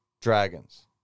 Dragons